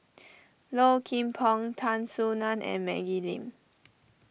Low Kim Pong Tan Soo Nan and Maggie Lim